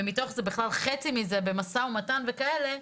ומתוך זה בכלל חצי מזה במשא ומתן וכאלה,